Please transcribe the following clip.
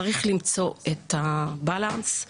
צריך למצוא את הבאלנס,